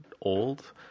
old